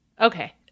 Okay